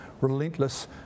relentless